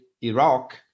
Iraq